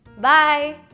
Bye